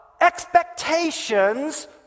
expectations